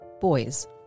boys